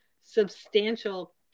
substantial